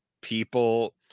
people